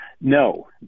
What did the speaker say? No